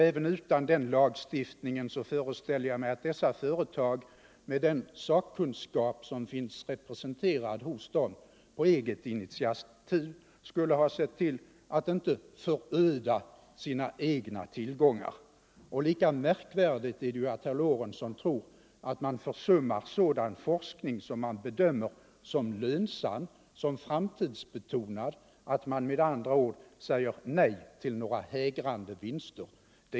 Även utan denna lagstiftning föreställer jag mig att företagen med den sakkunskap som finns representerad hos dem på eget initiativ skulle ha sett till att de inte föröder sina egna tillgångar. Lika märkvärdigt är det att herr Lorentzon tror att man försummar sådan forskning som man bedömer såsom lönsam och framtidsbetonad, att man med andra ord säger nej till hägrande vinster.